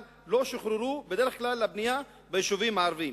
שלא שוחררו בדרך כלל לבנייה ביישובים הערביים".